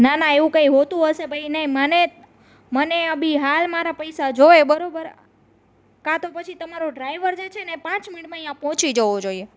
ના ના એવું કંઈ હોતું હશે ભાઈ ને મને મને અબી હાલ મારા પૈસા જોઈએ બરાબર કાં તો પછી તમારો ડ્રાઈવર જ્યાં છે ને એ પાંચ મિનિટમાં અહીંયા પહોંચી જવો જોઈએ